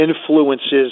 influences